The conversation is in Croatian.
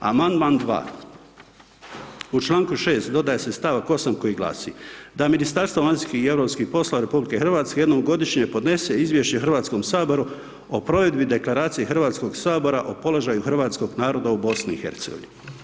Amandman 2. u čl. 6. dodaje se stavak 8 koji glasi, da Ministarstvo vanjskih i europskih poslova RH jednom godišnje podnese izvješće Hrvatskom saboru o provedbi deklaracije Hrvatskog sabora o položaju hrvatskog naroda u BIH.